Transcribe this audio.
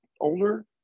older